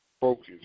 Focus